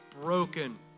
broken